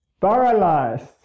paralyzed